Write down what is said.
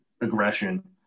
aggression